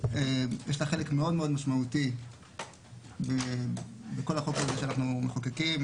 יש לה חלק משמעותי מאוד בכל החוק הזה שאנחנו מחוקקים,